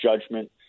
judgment